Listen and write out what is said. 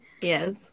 Yes